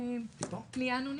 פנייה אנונימית?